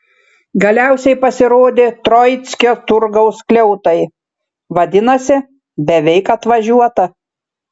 galiausiai pasirodė troickio turgaus skliautai vadinasi beveik atvažiuota